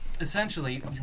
essentially